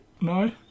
No